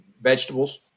vegetables